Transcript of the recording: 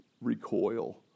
recoil